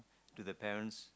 do the parents